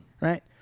right